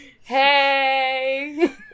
Hey